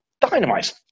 dynamite